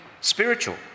spiritual